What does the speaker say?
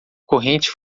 corrente